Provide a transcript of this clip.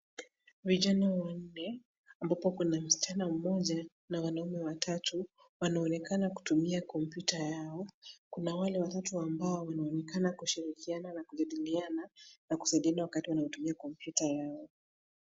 Vijana wanne, ambapo kuna msichana mmoja na wanaume watatu, wanaonekana kutumia kompyuta yao. Kuna wale watatu ambao wanaonekana kushirikiana na kujadiliana na kusaidiana wakati wanatumia kompyuta yao.